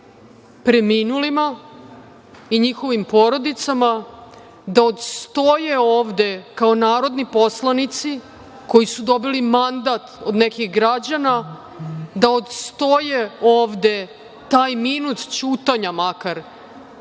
preminulima i njihovim porodicama da odstoje ovde kao narodni poslanici koji su dobili mandat od nekih građana, da odstoje ovde, taj minut ćutanja makar,